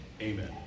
Amen